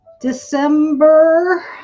December